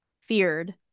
feared